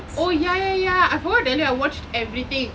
oh ya ya ya I forgot that day I watched everything